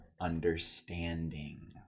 understanding